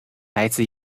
来自